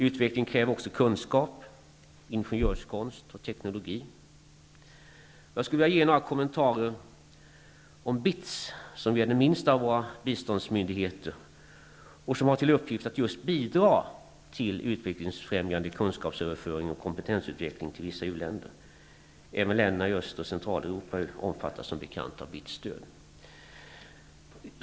Utveckling kräver också kunskap, ingenjörskonst och teknologi. Jag skulle vilja ge några kommentarer om BITS, som är den minsta av våra biståndsmyndigheter och som har till uppgift att just bidra till utvecklingsfrämjande kunskapsöverföring och kompetensutveckling till vissa u-länder. Även länderna i Öst och Centraleuropa omfattas som bekant av BITS stöd.